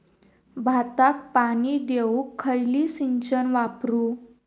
भाताक पाणी देऊक खयली सिंचन वापरू?